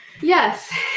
Yes